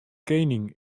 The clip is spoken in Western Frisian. kening